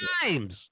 times